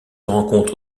rencontre